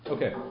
Okay